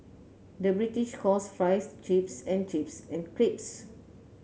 the British calls fries chips and chips and crisps